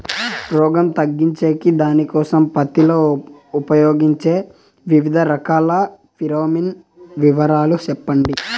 రోగం తగ్గించేకి దానికోసం పత్తి లో ఉపయోగించే వివిధ రకాల ఫిరోమిన్ వివరాలు సెప్పండి